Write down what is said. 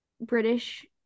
british